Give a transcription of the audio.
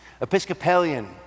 Episcopalian